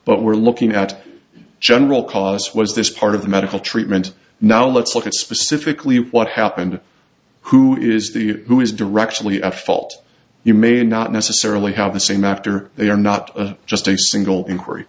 but we're looking at general costs was this part of the medical treatment now let's look at specifically what happened who is the who is directionally at fault you may not necessarily have the same after they are not just a single inquiry